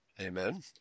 Amen